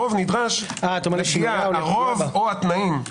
הרוב נדרש הרוב או התנאים.